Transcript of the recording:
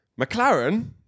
McLaren